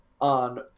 on